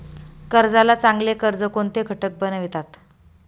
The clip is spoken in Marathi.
कर्जाला चांगले कर्ज कोणते घटक बनवितात?